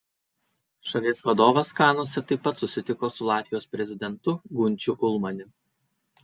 šalies vadovas kanuose taip pat susitiko su latvijos prezidentu gunčiu ulmaniu